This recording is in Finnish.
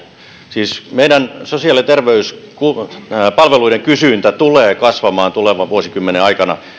siis meidän sosiaali ja terveyspalveluiden kysyntä tulee kasvamaan tulevan vuosikymmenen aikana